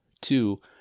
two